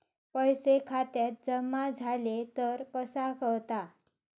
पैसे खात्यात जमा झाले तर कसा कळता?